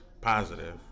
positive